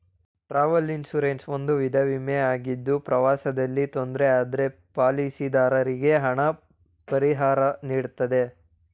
travel insurance ಒಂದು ವಿಧ ವಿಮೆ ಆಗಿದ್ದು ಪ್ರವಾಸದಲ್ಲಿ ತೊಂದ್ರೆ ಆದ್ರೆ ಪಾಲಿಸಿದಾರರಿಗೆ ಹಣ ಪರಿಹಾರನೀಡುತ್ತೆ